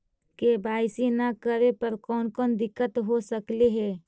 KYC न करे पर कौन कौन दिक्कत हो सकले हे?